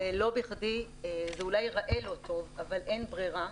ולא בכדי, זה אולי ייראה לא טוב אבל אין ברירה,